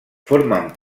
formen